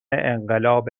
انقلاب